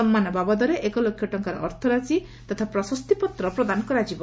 ସମ୍ମାନ ବାବଦରେ ଏକ ଲକ୍ଷ ଟଙ୍କାର ଅର୍ଥରାଶି ତଥା ପ୍ରଶସ୍ତିପତ୍ର ପ୍ରଦାନ କରାଯିବ